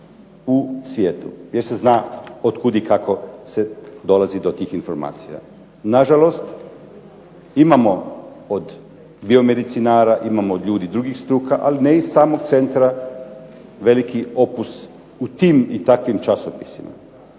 u svijetu, jer se zna otkud i kako se dolazi do tih informacija. Nažalost, imamo od biomedicinara, imamo od ljudi drugih struka, ali ne i samog centra veliki opus u tim i takvim časopisima.